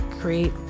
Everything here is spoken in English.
create